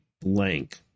blank